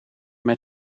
met